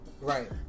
Right